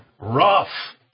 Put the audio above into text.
rough